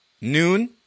noon